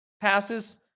passes